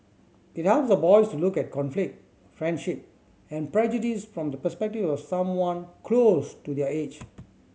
it helps the boys to look at conflict friendship and prejudice from the perspective of someone close to their age